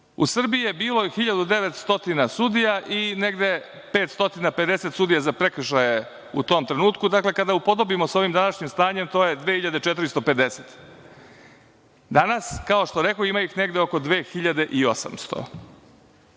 godine bilo 1900 sudija i negde 550 sudija za prekršaje u tom trenutku, kada upodobimo sa ovim današnjim stanjem to je 2450. Danas, kao što rekoh ima oko 2800.Sada